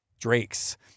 drakes